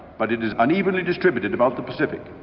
but it is unevenly distributed about the pacific,